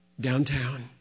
Downtown